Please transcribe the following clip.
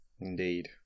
Indeed